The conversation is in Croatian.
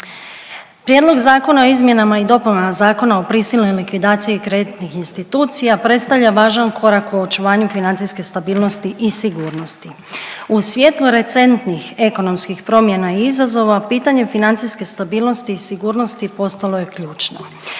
Prijedlog Zakona o izmjenama i dopunama Zakona o prisilnoj likvidaciji kreditnih institucija predstavlja važan korak u očuvanju financijske stabilnosti i sigurnosti. U svijetlu recentnih ekonomskih promjena i izazova pitanje financijske stabilnosti i sigurnosti postalo je ključno.